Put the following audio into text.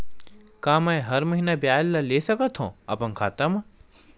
का मैं हर महीना ब्याज ला ले सकथव अपन खाता मा?